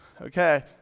Okay